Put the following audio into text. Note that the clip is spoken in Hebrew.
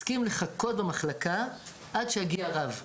הסכים לחכות במחלקה עד שיגיע רב למחלקה,